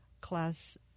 class